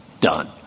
done